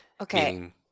Okay